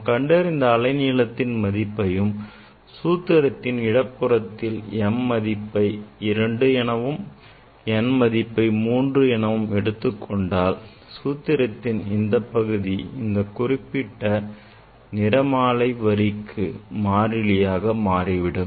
நாம் கண்டறிந்த அலைநீள மதிப்பையும் சூத்திரத்தின் இடதுபுறத்தில் m மதிப்பை 2 எனவும் n மதிப்பை 3 எனவும் எடுத்துக் கொண்டால் சூத்திரத்தின் இந்தப் பகுதி இந்தக் குறிப்பிட்ட நிறமாலை வரிக்கு மாறிலியாக மாறிவிடும்